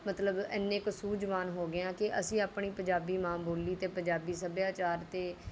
ਮਤਲਬ ਇੰਨੇ ਕੁ ਸੂਝਵਾਨ ਹੋ ਗਏ ਹਾਂ ਕਿ ਅਸੀਂ ਆਪਣੀ ਪੰਜਾਬੀ ਮਾਂ ਬੋਲੀ ਅਤੇ ਪੰਜਾਬੀ ਸੱਭਿਆਚਾਰ 'ਤੇ